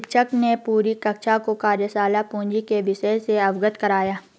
शिक्षक ने पूरी कक्षा को कार्यशाला पूंजी के विषय से अवगत कराया